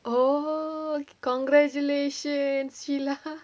oh congratulations sheila